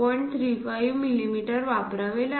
35 millimetre वापरावे लागेल